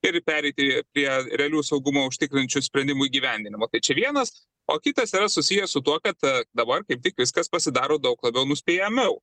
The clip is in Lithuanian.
ir pereiti prie realių saugumą užtikrinančių sprendimų įgyvendinimo tai čia vienas o kitas yra susijęs su tuo kad dabar kaip tik viskas pasidaro daug labiau nuspėjamiau